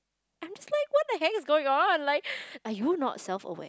I'm just like what the heck is going on like are you not self aware